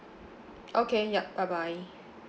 okay yup bye bye